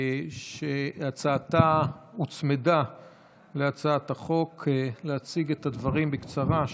שהצעתה הוצמדה להצעת החוק, להציג את הדברים בקצרה.